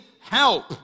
help